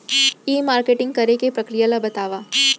ई marketing करे के प्रक्रिया ला बतावव?